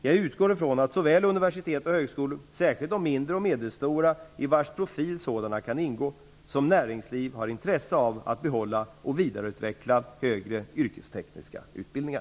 Jag utgår från att såväl universitet och högskolor -- särskilt de mindre och medelstora i vars profil sådana kan ingå -- som näringsliv har intresse av att behålla och vidareutveckla högre yrkestekniska utbildningar.